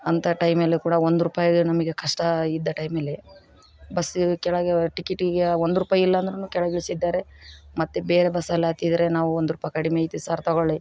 ಅಂಥ ಟೈಮಲ್ಲು ಕೂಡ ಒಂದು ರುಪಾಯಿಗೆ ನಮಗೆ ಕಷ್ಟ ಇದ್ದ ಟೈಮಲ್ಲಿ ಬಸ್ ಕೆಳಗೆ ಟಿಕೇಟಿಗೆ ಒಂದು ರುಪಾಯಿ ಇಲ್ಲಂದ್ರೂ ಕೆಳಗಿಳಿಸಿದ್ದಾರೆ ಮತ್ತು ಬೇರೆ ಬಸ್ಸಲ್ಲಿ ಹತ್ತಿದ್ರೆ ನಾವು ಒಂದು ರುಪಾಯಿ ಕಡಿಮೆ ಐತೆ ಸರ್ ತಗೊಳ್ಳಿ